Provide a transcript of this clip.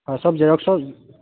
হয় সব জেৰক্সৰ